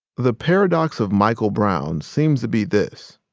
the paradox of michael brown seems to be this